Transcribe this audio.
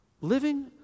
Living